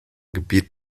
gebiet